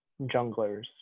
junglers